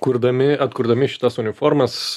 kurdami atkurdami šitas uniformas